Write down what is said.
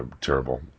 terrible